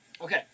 Okay